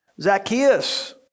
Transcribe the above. Zacchaeus